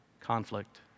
conflict